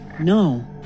No